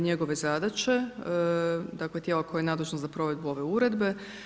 njegove zadaće, dakle, tijela koje je nadležno za provedbu ove Uredbe.